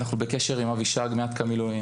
ואנחנו בקשר עם אבישג מאתכ"א מילואים,